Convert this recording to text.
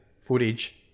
footage